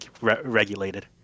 regulated